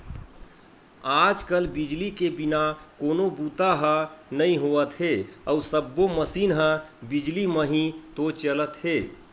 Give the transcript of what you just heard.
आज कल बिजली के बिना कोनो बूता ह नइ होवत हे अउ सब्बो मसीन ह बिजली म ही तो चलत हे